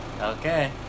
Okay